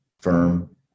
firm